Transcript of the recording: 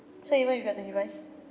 so even if you are twenty-five